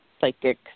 psychic